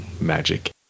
magic